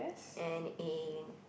and a